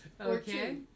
Okay